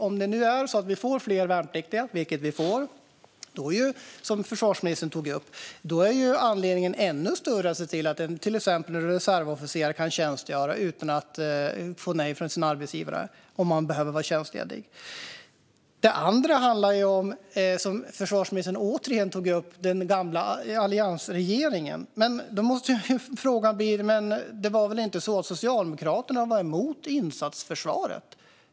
Om vi nu får fler värnpliktiga, vilket vi får och som försvarsministern tog upp, finns det ju ännu större anledning att se till att till exempel en reservofficer kan tjänstgöra utan att få nej från sin arbetsgivare om man behöver vara tjänstledig. Det andra är det som försvarsministern återigen tog upp: den gamla alliansregeringen. Då måste frågan bli: Det var väl inte så att Socialdemokraterna var emot insatsförsvaret?